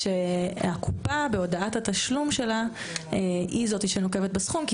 כשהקופה בהודעת התשלום שלה היא זו שנוקבת בסכום כי